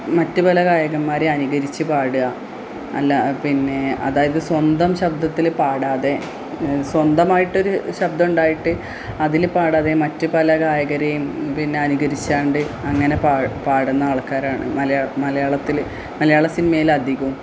മറ്റു പല ഗായകന്മാരെ അനുകരിച്ചു പാടുക അല്ലാ പിന്നെ അതായത് സ്വന്തം ശബ്ദത്തിൽ പാടാതെ സ്വന്തമായിട്ടൊരു ശബ്ദമുണ്ടായിട്ട് അതിൽ പാടാതെ മറ്റ് പല ഗായകരെയും പിന്നെ അനുകരിച്ചു കൊണ്ട് അങ്ങനെ പാ പാടുന്ന ആൾക്കാരാണ് മലയ മലയാളത്തിൽ മലയാള സിനിമയിലധികവും